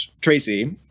Tracy